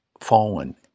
fallen